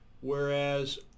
whereas